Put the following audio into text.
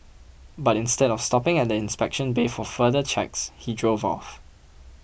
but instead of stopping at the inspection bay for further checks he drove off